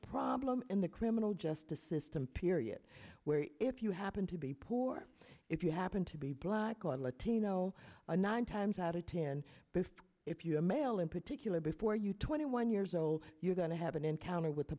problem in the criminal justice system period where if you happen to be poor if you happen to be black or latino and nine times out of ten if you're a male in particular before you twenty one years old you're going to have an encounter with the